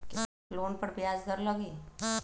Loan पर ब्याज दर लगी?